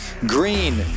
Green